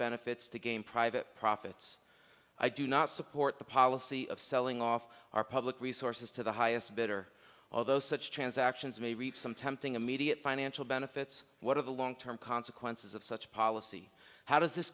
benefits to gain private profits i do not support the policy of selling off our public resources to the highest bidder although such transactions may reap some tempting immediate financial benefits what are the long term consequences of such policy how does this